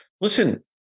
Listen